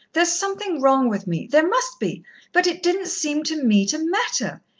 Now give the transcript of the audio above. there's something wrong with me there must be but it didn't seem to me to matter.